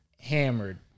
Hammered